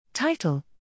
Title